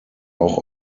auch